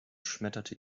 schmetterte